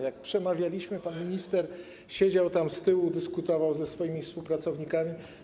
Jak przemawialiśmy, pan minister siedział tam, z tyłu, i dyskutował ze swoimi współpracownikami.